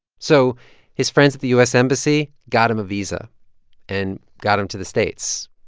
so his friends at the u s. embassy got him a visa and got him to the states,